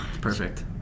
Perfect